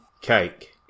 Cake